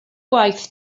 gwaith